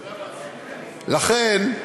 לכן,